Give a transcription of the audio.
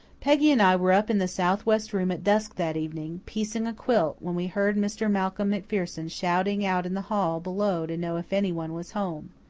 peggy and i were up in the south-west room at dusk that evening, piecing a quilt, when we heard mr. malcolm macpherson shouting out in the hall below to know if anyone was home.